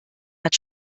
hat